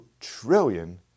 trillion